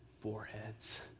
foreheads